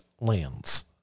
lands